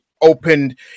opened